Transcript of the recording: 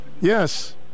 Yes